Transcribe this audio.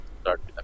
start